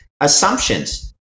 assumptions